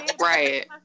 right